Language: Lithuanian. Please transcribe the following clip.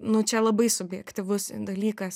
nu čia labai subjektyvus dalykas